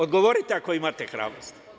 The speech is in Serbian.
Odgovorite, ako imate hrabrosti.